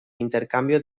intercambio